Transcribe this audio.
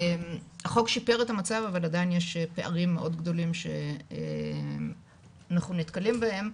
החוק שיפר את המצב אבל עדיין יש פערים מאוד גדולים שאנחנו נתקלים בהם,